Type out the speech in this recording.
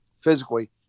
physically